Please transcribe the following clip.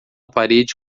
parede